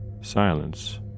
Silence